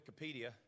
Wikipedia